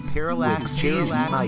Parallax